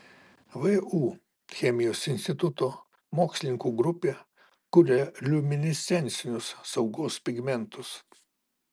vu chemijos instituto mokslininkų grupė kuria liuminescencinius saugos pigmentus